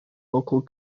local